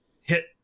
hit